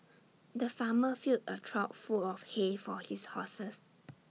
the farmer filled A trough full of hay for his horses